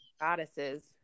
goddesses